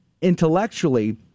intellectually